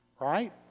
Right